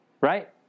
right